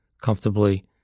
comfortably